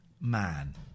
man